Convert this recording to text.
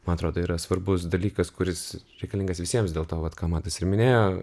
man atrodo yra svarbus dalykas kuris reikalingas visiems dėl to vat ką matas ir minėjo